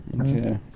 Okay